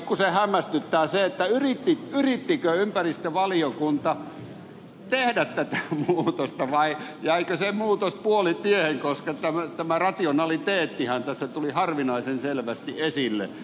minua pikkuisen hämmästyttää se yrittikö ympäristövaliokunta tehdä tätä muutosta vai jäikö se muutos puolitiehen koska tämä rationaliteettihän tässä tuli harvinaisen selvästi esille